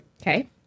okay